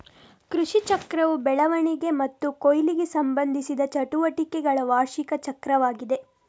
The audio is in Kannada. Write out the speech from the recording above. ಕೃಷಿಚಕ್ರವು ಬೆಳವಣಿಗೆ ಮತ್ತು ಕೊಯ್ಲಿಗೆ ಸಂಬಂಧಿಸಿದ ಚಟುವಟಿಕೆಗಳ ವಾರ್ಷಿಕ ಚಕ್ರವಾಗಿದೆ